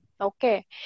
Okay